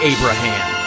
Abraham